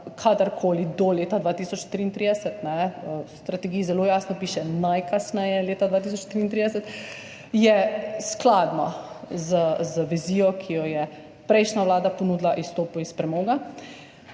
kadarkoli do leta 2033, v strategiji zelo jasno piše najkasneje leta 2033, je skladno z vizijo, ki jo je prejšnja vlada ponudila izstopu iz premoga,